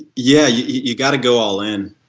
yeah. you you got to go all in.